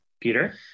Peter